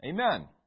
Amen